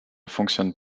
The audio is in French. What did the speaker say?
fonctionne